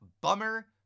Bummer